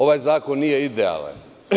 Ovaj zakon nije idealan.